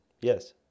Yes